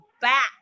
back